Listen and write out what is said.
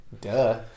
Duh